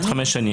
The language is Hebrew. עד חמש שנים.